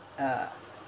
uh